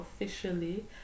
officially